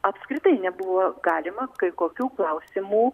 apskritai nebuvo galima kai kokių klausimų